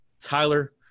Tyler